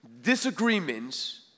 disagreements